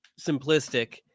simplistic